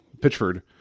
Pitchford